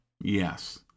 Yes